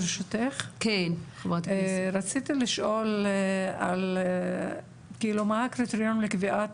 ברשותך: רציתי לשאול מה הקריטריון לקביעת